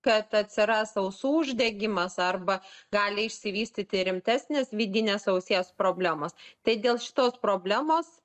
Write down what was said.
kad atsiras ausų uždegimas arba gali išsivystyti rimtesnės vidinės ausies problemos tai dėl šitos problemos